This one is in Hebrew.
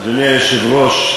אדוני היושב-ראש,